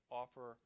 offer